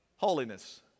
Holiness